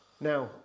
Now